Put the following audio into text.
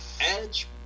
edge